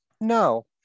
No